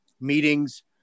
meetings